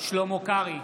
שלמה קרעי,